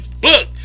book